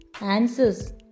answers